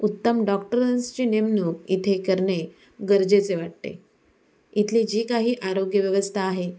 उत्तम डॉक्टर्सची नेमणूक इथे करणे गरजेचे वाटते इथली जी काही आरोग्यव्यवस्था आहे